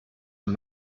und